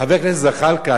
חבר הכנסת זחאלקה,